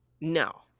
No